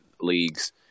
leagues